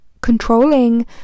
controlling